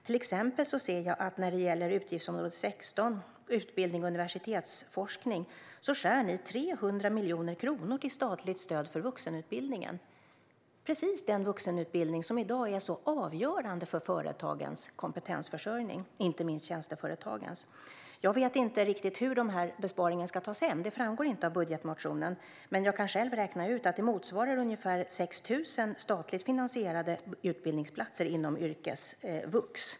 Till exempel ser jag att ni, när det gäller utgiftsområde 16 Utbildning och universitetsforskning, skär ned med 300 miljoner kronor i statligt stöd för vuxenutbildningen. Det är precis den vuxenutbildning som i dag är så avgörande för företagens kompetensförsörjning, inte minst tjänsteföretagens. Jag vet inte riktigt hur den besparingen ska tas hem - det framgår inte av budgetmotionen. Men jag kan själv räkna ut att det motsvarar ungefär 6 000 statligt finansierade utbildningsplatser inom yrkesvux.